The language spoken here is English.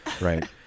right